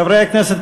חברי הכנסת,